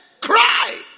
cry